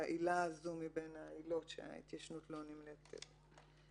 העילה הזאת מבין העילות שההתיישנות לא נמנית בהן.